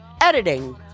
Editing